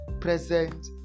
present